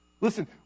Listen